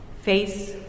face